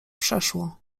przeszło